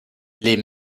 les